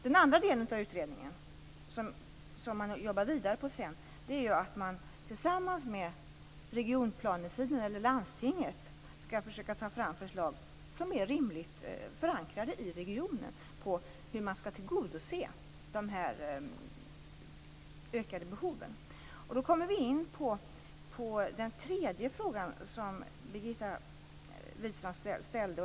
Den andra delen av utredningen, som man jobbar vidare på sedan, är att man tillsammans med landstinget skall försöka ta fram förslag som är rimligt förankrade i regionen på hur man skall tillgodose de ökade behoven. Då kommer vi in på den tredje frågan som Birgitta Wistrand ställde.